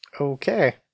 Okay